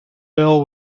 bell